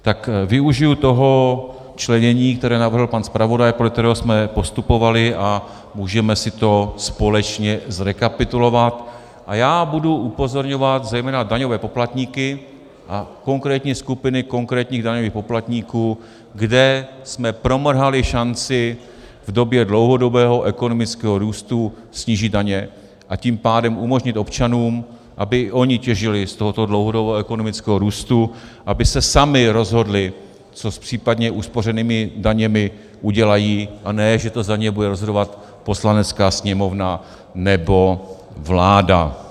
Tak využiji toho členění, které navrhl pan zpravodaj, podle kterého jsme postupovali, a můžeme si to společně zrekapitulovat, a já budu upozorňovat zejména daňové poplatníky a konkrétní skupiny konkrétních daňových poplatníků, kde jsme promrhali šanci v době dlouhodobého ekonomického růstu snížit daně, a tím pádem umožnit občanům, aby i oni těžili z tohoto dlouhodobého ekonomického růstu, aby se sami rozhodli, co s případně uspořenými daněmi udělají, a ne že to za ně bude rozhodovat Poslanecká sněmovna nebo vláda.